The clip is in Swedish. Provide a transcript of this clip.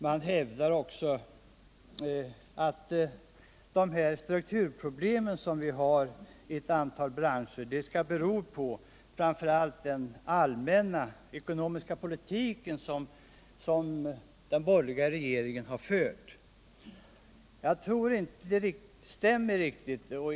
Det hävdas att de strukturproblem som vi har i ett antal branscher beror på den allmänna ekonomiska politik som den borgerliga regeringen har fört. Jag tror inte att detta riktigt stämmer.